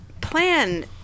plan